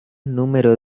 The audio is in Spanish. número